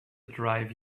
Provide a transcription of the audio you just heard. drive